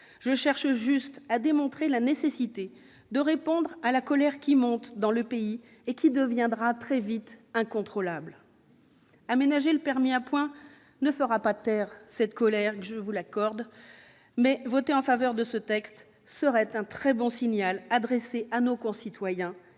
Je voudrais seulement démontrer la nécessité de répondre à la colère qui monte dans le pays et qui deviendra très vite incontrôlable. Aménager le permis à points ne la fera pas taire, je vous l'accorde, mais voter en faveur de ce texte serait un très bon signal adressé à nos concitoyens